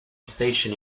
station